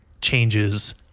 changes